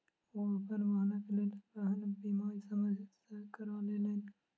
ओ अपन वाहनक लेल वाहन बीमा समय सॅ करा लेलैन